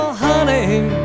honey